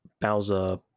Bowser